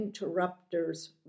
interrupters